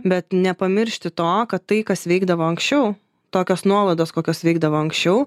bet nepamiršti to kad tai kas vykdavo anksčiau tokios nuolaidos kokios vykdavo anksčiau